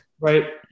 right